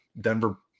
Denver